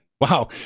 Wow